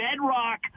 bedrock